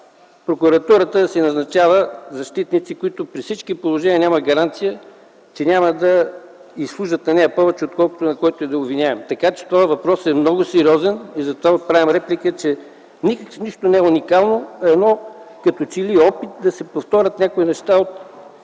прокуратурата да си назначава защитници, които при всички положения няма гаранция, че няма да й служат на нея повече, отколкото на който и да е обвиняем. Така че този въпрос е много сериозен, затова отправям реплика, че нищо не е уникално, а е като че ли опит да се повторят някои неща от